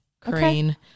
crane